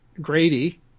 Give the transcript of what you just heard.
Grady